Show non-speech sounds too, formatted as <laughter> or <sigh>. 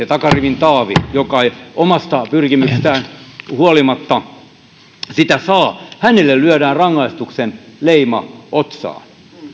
<unintelligible> takarivin taaville joka omista pyrkimyksistään huolimatta ei sitä työpaikkaa saa lyödään rangaistuksen leima otsaan